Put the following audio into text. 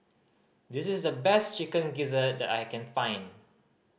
this is the best Chicken Gizzard that I can find